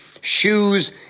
shoes